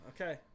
okay